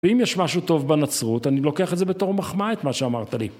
ואם יש משהו טוב בנצרות אני לוקח את זה בתור מחמאה את מה שאמרת לי.